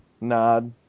nod